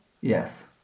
Yes